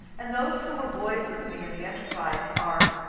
and those who were boys with me in the enterprise are